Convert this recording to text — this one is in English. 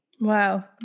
Wow